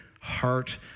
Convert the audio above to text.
heart